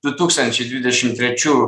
du tūkstančiai dvidešim trečių